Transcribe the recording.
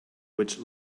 which